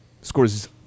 scores